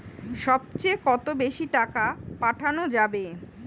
সব চেয়ে কত বেশি টাকা পাঠানো যাবে?